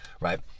right